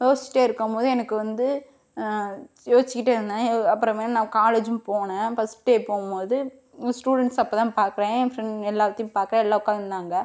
யோசிச்சுட்டே இருக்கும் போது எனக்கு வந்து யோசிச்சுகிட்டே இருந்தேன் அப்புறம் வந்து நான் காலேஜூம் போனேன் ஃபர்ஸ்ட் டே போகும் போது ஸ்டூடண்ட்ஸ் அப்போ தான் பார்க்கறேன் ஃப்ரெண்ட் எல்லாத்தையும் பார்க்க எல்லாம் உட்காந்துருந்தாங்க